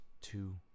two